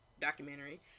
documentary